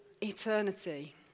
eternity